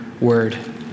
word